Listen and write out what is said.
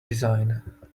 design